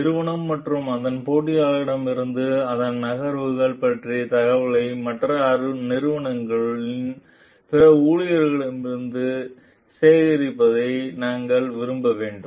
நிறுவனம் மற்றும் அதன் போட்டியாளர்களிடமிருந்து அதன் நகர்வுகள் பற்றிய தகவல்களை மற்ற நிறுவனங்களின் பிற ஊழியர்களிடமிருந்து சேகரிப்பதை நாங்கள் விரும்ப வேண்டும்